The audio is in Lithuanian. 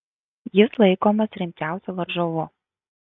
jis laikomas rimčiausiu varžovu